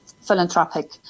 philanthropic